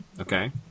Okay